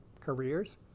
careers